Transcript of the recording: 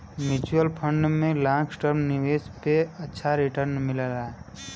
mutual fund में long term निवेश पे अच्छा रीटर्न मिलला